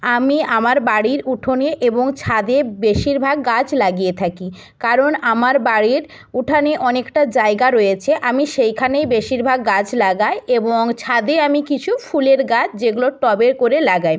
আমি আমার বাড়ির উঠোনে এবং ছাদে বেশিরভাগ গাছ লাগিয়ে থাকি কারণ আমার বাড়ির উঠানে অনেকটা জায়গা রয়েছে আমি সেইখানেই বেশিরভাগ গাছ লাগাই এবং ছাদে আমি কিছু ফুলের গাছ যেগুলো টবে করে লাগাই